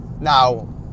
Now